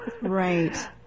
right